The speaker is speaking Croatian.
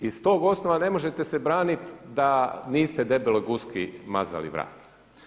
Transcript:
Iz tog osnova ne možete se branit da niste debeloj guski mazali vrat.